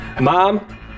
Mom